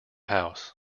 house